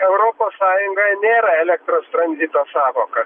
europos sąjungoj nėra elektros tranzito sąvoka